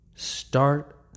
Start